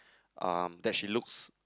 um that she looks